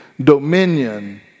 dominion